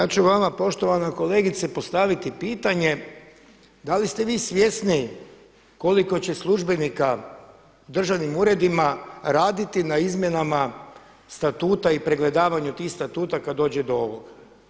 A ja ću vama poštovana kolegice postaviti pitanje da li ste vi svjesni koliko će službenika u državnim uredima raditi na izmjenama Statuta i pregledavanju tih statuta kad dođe do ovog.